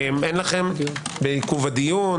בעיכוב הדיון,